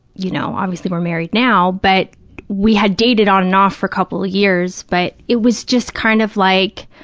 you know, obviously we're married now, but we had dated on and off for a couple of years, but it was just kind of like,